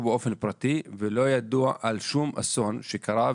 אופן פרטי ולא ידוע על שום אסון שקרה,